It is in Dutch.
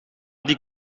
die